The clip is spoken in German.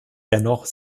dennoch